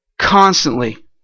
constantly